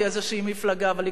אבל היא קודמת לכולן,